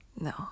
No